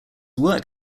work